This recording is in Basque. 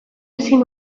ezin